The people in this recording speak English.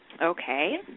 Okay